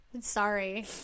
Sorry